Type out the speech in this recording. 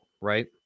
right